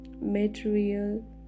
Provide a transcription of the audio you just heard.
material